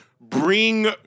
bring